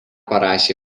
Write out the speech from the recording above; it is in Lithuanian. parašė